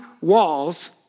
walls